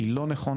היא לא נכונה.